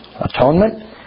atonement